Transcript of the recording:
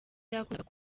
yakundaga